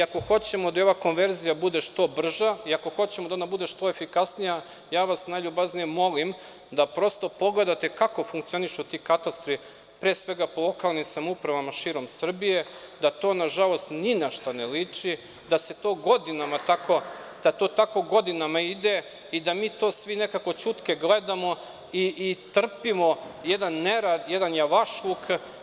Ako hoćemo da i ova konverzija bude što brža i ako hoćemo da ona bude što efikasnija, najljubaznije vas molim da prosto pogledate kako funkcionišu ti katastari, pre svega po lokalnim samoupravama širom Srbije, da to nažalost ni na šta ne lični, da to tako godinama ide i da mi to svi nekako ćutke gledamo i trpimo jedan nerad, jedan javašluk.